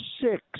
six